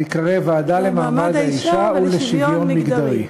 היא תיקרא "הוועדה למעמד האישה ולשוויון מגדרי".